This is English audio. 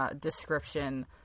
description